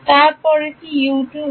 তারপরেরটি U2 হয়